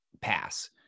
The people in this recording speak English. pass